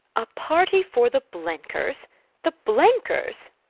a party for the blenkers the blenkers?